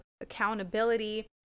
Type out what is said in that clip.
Accountability